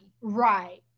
Right